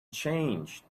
changed